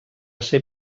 ser